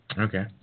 Okay